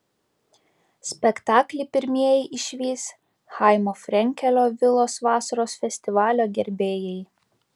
spektaklį pirmieji išvys chaimo frenkelio vilos vasaros festivalio gerbėjai